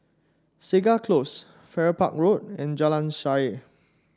Segar Close Farrer Park Road and Jalan Shaer